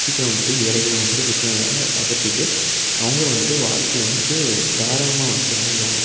சீக்கிரம் வந்துவிட்டு ஏழைகளும் வந்துவிட்டு புற்றுநோய் அக அகற்றிவிட்டு அவங்களும் வந்துவிட்டு வாழ்க்கைய வந்துவிட்டு தாராளமாக வந்துவிட்டு வாழ்வாங்க